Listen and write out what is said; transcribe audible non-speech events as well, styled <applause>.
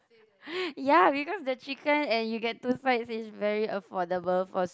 <breath> ya because the chicken and you get two sides is very affordable for